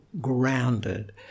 grounded